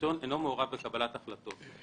הדירקטוריון אינו מעורב בקבלת החלטות.